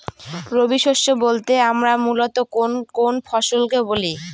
রবি শস্য বলতে আমরা মূলত কোন কোন ফসল কে বলি?